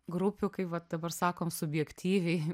grupių kai vat dabar sakom subjektyviai